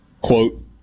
quote